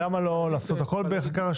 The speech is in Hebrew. למה לא לעשות איחוד?